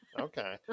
okay